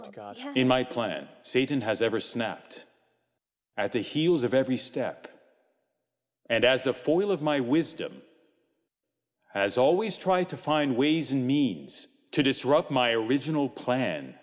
to god god in my plan satan has ever snapped at the heels of every step and as a foil of my wisdom has always tried to find ways and means to disrupt my original plan